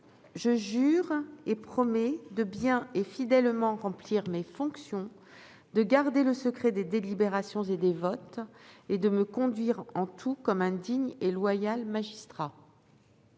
Je jure et promets de bien et fidèlement remplir mes fonctions, de garder le secret des délibérations et des votes, et de me conduire en tout comme un digne et loyal magistrat.